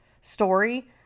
story